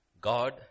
God